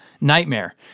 nightmare